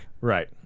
right